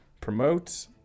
promote